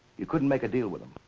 you couldn't make a deal with him.